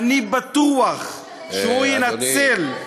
אני בטוח שהוא ינצל אדוני,